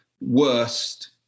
worst